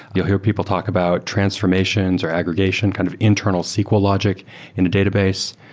you hear people talk about transformations or aggregation kind of internal sql logic in the database.